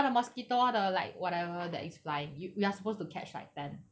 all the mosquito all the like whatever that is flying you we are supposed to catch like ten